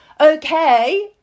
Okay